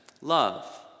Love